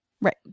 Right